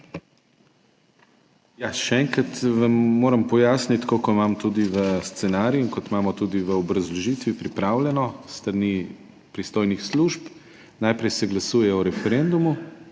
Še enkrat vam moram pojasniti, tako kot imam tudi v scenariju in kot imamo tudi v obrazložitvi pripravljeno s strani pristojnih služb. Najprej se glasuje o referendumu